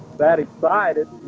that excited.